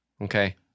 okay